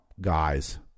guy's